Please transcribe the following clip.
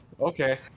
Okay